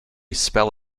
spell